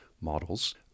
models